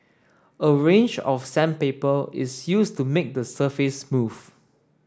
a range of sandpaper is used to make the surface smooth